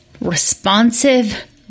responsive